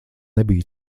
nebija